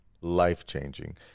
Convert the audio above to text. life-changing